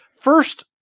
first